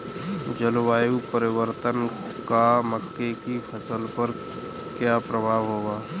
जलवायु परिवर्तन का मक्के की फसल पर क्या प्रभाव होगा?